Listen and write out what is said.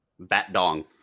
Bat-dong